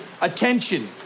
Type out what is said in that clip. Attention